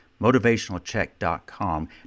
motivationalcheck.com